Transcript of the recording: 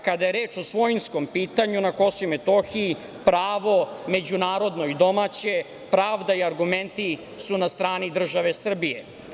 Kada je reč o svojinskom pitanju na KiM, pravo međunarodno i domaće, pravda i argumenti su na strani države Srbije.